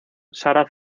sara